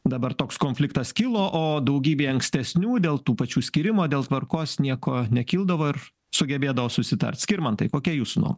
dabar toks konfliktas kilo o daugybėj ankstesnių dėl tų pačių skyrimo dėl tvarkos nieko nekildavo ir sugebėdavo susitart skirmantai kokia jūsų nuo